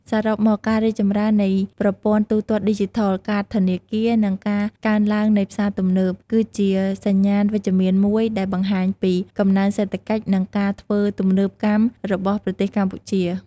សរុបមក ការរីកចម្រើននៃប្រព័ន្ធទូទាត់ឌីជីថល កាតធនាគារ និងការកើនឡើងនៃផ្សារទំនើប គឺជាសញ្ញាណវិជ្ជមានមួយដែលបង្ហាញពី កំណើនសេដ្ឋកិច្ច និងការធ្វើទំនើបកម្មរបស់ប្រទេសកម្ពុជា។